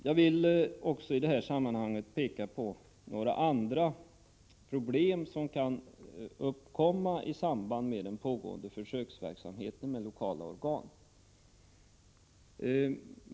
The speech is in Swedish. Jag vill också i detta sammanhang peka på några andra problem som kan uppkomma i samband med den pågående försöksverksamheten med lokala organ.